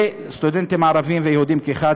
לסטודנטים ערבים ויהודים כאחד.